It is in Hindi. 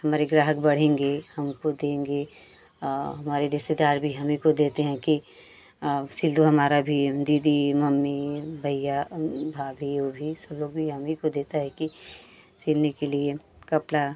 हमारे ग्राहक बढ़ेंगे हमको देंगे हमारे रिश्तेदार भी हम ही को देते हैं कि सिल दो हमारा भी दीदी मम्मी भैया भाभी उभी सब लोग भी हमही को देता है कि सिलने के लिए कपड़ा